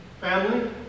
family